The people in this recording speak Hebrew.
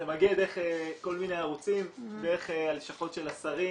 זה מגיע דרך כל מיני ערוצים, דרך הלשכות של השרים,